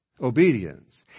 obedience